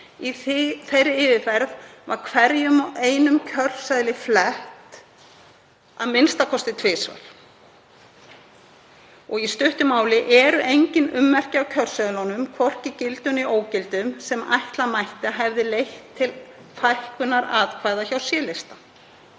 Í þeirri yfirferð var hverjum og einum kjörseðli flett a.m.k. tvisvar. Í stuttu máli eru engin ummerki á kjörseðlunum, hvorki gildum né ógildum, sem ætla mætti að hefðu leitt til fækkunar atkvæða hjá C-lista.